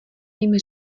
jim